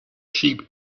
sheep